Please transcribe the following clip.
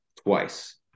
twice